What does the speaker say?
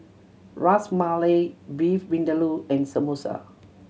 Ras Malai Beef Vindaloo and Samosa